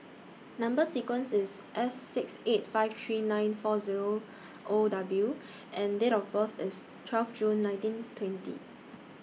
Number sequence IS S six eight five three nine four Zero O W and Date of birth IS twelve June nineteen twenty